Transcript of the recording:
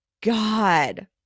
God